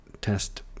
test